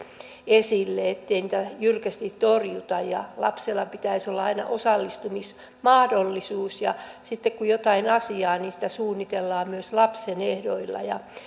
esille ettei niitä jyrkästi torjuta ja lapsella pitäisi olla aina osallistumismahdollisuus ja sitten kun jotain asiaa suunnitellaan sitä suunnitellaan myös lapsen ehdoilla